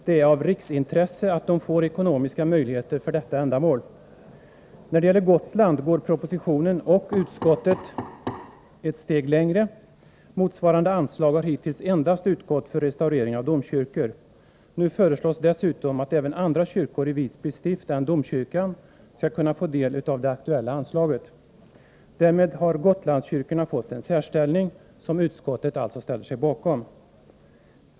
Det är av riksintresse att de får ekonomiska möjligheter för detta ändamål. När det gäller Gotland går propositionen och utskottet ett steg längre. Motsvarande anslag har hittills endast utgått för restaurering av domkyrkor. Nu föreslås dessutom att även andra kyrkor i Visby stift än domkyrkan skall kunna få del av det aktuella anslaget. Därmed har Gotlandskyrkorna fått en särställning, som utskottet alltså ställer sig bakom.